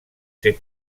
ser